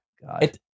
God